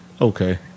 okay